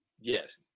Yes